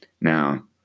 Now